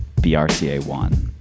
BRCA1